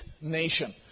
nation